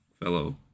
fellow